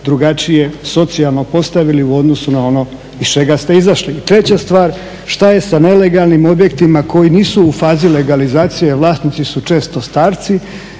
drugačije socijalno postavili u odnosu na ono iz čega ste izašli. I treća stvar, šta je sa nelegalnim objektima koji nisu u fazi legalizacije. Vlasnici su često starci.